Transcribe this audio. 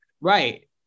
Right